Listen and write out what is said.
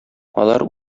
алар